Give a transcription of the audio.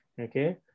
okay